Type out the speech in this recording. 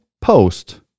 post